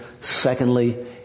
Secondly